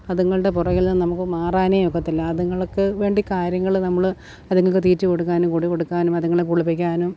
അതിങ്ങളുടെ പുറകിൽ നിന്ന് നമുക്ക് മാറാനേ ഒക്കത്തില്ല അതിങ്ങൾക്ക് വേണ്ടി കാര്യങ്ങൾ നമ്മൾ അതിങ്ങൾക്ക് തീറ്റ കൊടുക്കാനും കുടി കൊടുക്കാനും അതിങ്ങളെ കുളിപ്പിക്കാനും